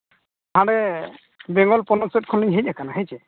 ᱦᱟᱸᱰᱮ ᱵᱮᱝᱜᱚᱞ ᱯᱚᱱᱚᱛ ᱥᱮᱫ ᱠᱷᱚᱱᱞᱤᱧ ᱦᱮᱡ ᱟᱠᱟᱱᱟ ᱦᱮᱸᱪᱮ